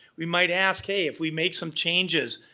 we might ask, hey, if we make some changes,